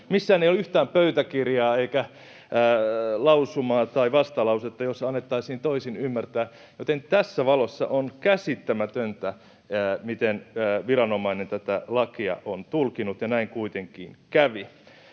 Missään ei ole yhtään pöytäkirjaa eikä lausumaa tai vastalausetta, jossa annettaisiin toisin ymmärtää, joten tässä valossa on käsittämätöntä, miten viranomainen tätä lakia on tulkinnut ja näin kuitenkin kävi.